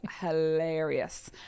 hilarious